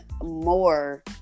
more